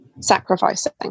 sacrificing